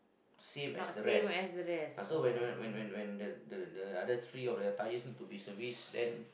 same as the rest and so when when when the the other three of the tires need to be service then